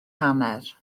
hanner